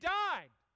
died